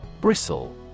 Bristle